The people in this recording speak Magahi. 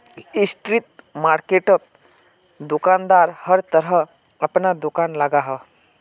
स्ट्रीट मार्किटोत दुकानदार हर दिन अपना दूकान लगाहा